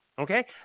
Okay